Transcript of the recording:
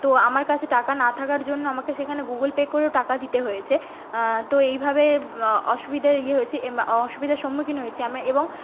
তো আমার কাছে টাকা না থাকার জন্য আমাকে সেখানে গুগল পে করেও টাকা দিতে হয়েছে তো এইভাবে অসুবিধে ইয়ে হয়েছে অসুবিধের সম্মুখীন হয়েছি আমি এবং